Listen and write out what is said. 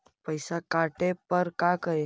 पैसा काटे पर का करि?